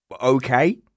okay